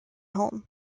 home